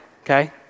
okay